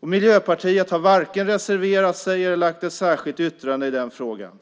Miljöpartiet har varken reserverat sig eller skrivit ett särskilt yttrande i den frågan.